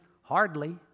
Hardly